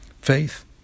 Faith